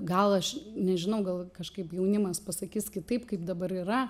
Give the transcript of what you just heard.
gal aš nežinau gal kažkaip jaunimas pasakys kitaip kaip dabar yra